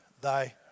thy